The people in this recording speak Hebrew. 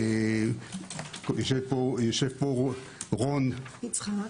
יושב פה רון יצחק,